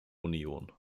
union